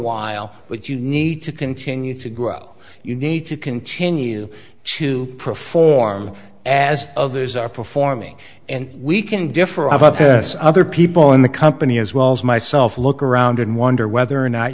while but you need to continue to grow you need to continue to perform as others are performing and we can differ about this other people in the company as well as myself look around and wonder whether or not